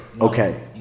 Okay